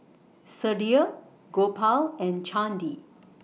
Sudhir Gopal and Chandi